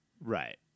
Right